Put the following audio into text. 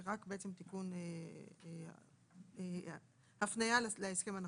"; זה בעצם רק תיקון ההפניה להסכם הנכון.